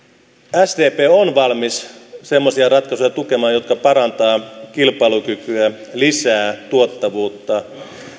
sdp on valmis tukemaan semmoisia ratkaisuja jotka parantavat kilpailukykyä ja lisäävät tuottavuutta